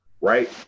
Right